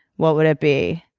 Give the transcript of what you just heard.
what would it be?